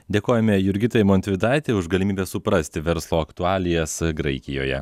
dėkojame jurgitai montvydaitei už galimybę suprasti verslo aktualijas graikijoje